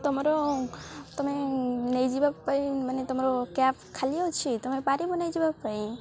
ତମର ତମେ ନେଇଯିବା ପାଇଁ ମାନେ ତମର କ୍ୟାବ୍ ଖାଲି ଅଛି ତମେ ପାରିବ ନେଇଯିବା ପାଇଁ